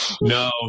No